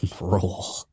rule